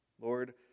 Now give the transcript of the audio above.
Lord